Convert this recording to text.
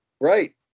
Right